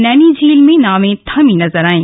नैनीझील में नावें थमी नजर आईं